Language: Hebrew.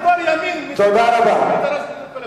אם יש לך דבר שאתה חושב שנפגעת,